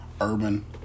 urban